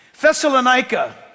Thessalonica